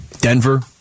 Denver